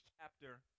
chapter